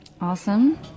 Awesome